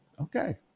okay